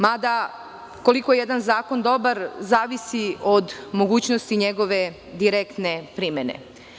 Mada, koliko je jedan zakon dobar, zavisi od mogućnosti njegove direktne primene.